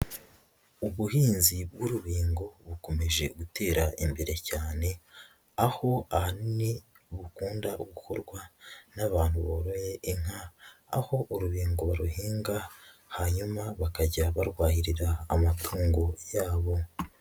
Ubuhinzi bw'urubingo bukomeje gutera imbere cyane, aho ahanini bukunda gukorwa n'abantu boroye inka, aho urubingo baruhinga hanyuma bakajya barwahirira amatungo yabo.